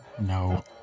no